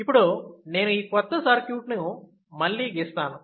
ఇప్పుడు నేను ఈ కొత్త సర్క్యూట్ ను మళ్లీ గీస్తాను